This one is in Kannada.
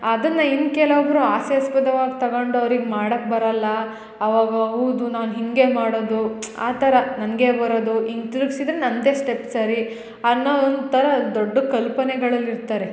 ಅದನ್ನು ಇನ್ನ ಕೆಲೊಬ್ಬರು ಹಾಸ್ಯಾಸ್ಪದವಾಗಿ ತಗಂಡು ಅವ್ರಿಗೆ ಮಾಡಕ್ಕೆ ಬರಲ್ಲ ಅವಾಗ ಹೌದು ನಾನು ಹೀಗೆ ಮಾಡದು ಆ ಥರ ನನಗೆ ಬರದು ಇದ್ದರೆ ನನ್ನದೇ ಸ್ಟೆಪ್ ಸರಿ ಅನ್ನೊ ಒಂಥರ ದೊಡ್ಡ ಕಲ್ಪನೆಗಳಲ್ಲಿ ಇರ್ತಾರೆ